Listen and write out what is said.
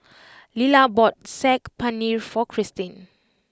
Lilla bought Saag Paneer for Cristin